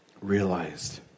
realized